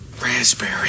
Raspberry